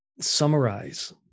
Summarize